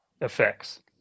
effects